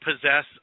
possess